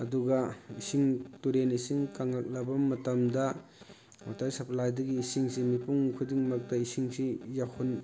ꯑꯗꯨꯒ ꯏꯁꯤꯡ ꯇꯨꯨꯔꯦꯟ ꯏꯁꯤꯡ ꯀꯪꯂꯛꯂꯕ ꯃꯇꯝꯗ ꯋꯥꯇꯔ ꯁꯄ꯭ꯂꯥꯏꯗꯒꯤ ꯏꯁꯤꯡꯁꯤ ꯃꯤꯄꯨꯝ ꯈꯨꯗꯤꯡꯃꯛꯇ ꯏꯁꯤꯡꯁꯤ ꯌꯧꯍꯟ